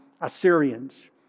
Assyrians